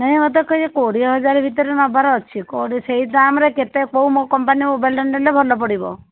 ନାଇ ମୋତେ କୋଡ଼ିଏ ହଜାର ଭିତରେ ନେବାର ଅଛି ସେଇ ଦାମ୍ ରେ କେତେ କେଉଁ କମ୍ପାନୀ ମୋବାଇଲଟା ନେଲେ ଭଲ ପଡ଼ିବ